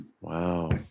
Wow